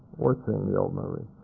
worth seeing the old movie.